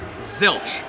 zilch